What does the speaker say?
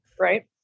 Right